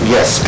Yes